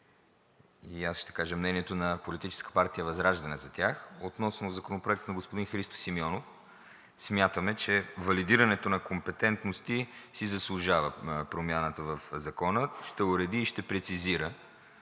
и аз ще кажа мнението на Политическа партия ВЪЗРАЖДАНЕ за тях. Относно Законопроекта на господин Христо Симеонов смятаме, че валидирането на компетентности си заслужава промяната в Закона, ще уреди и ще прецизира.